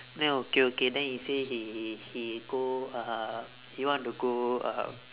then okay okay then he say he he go uh he want to go uh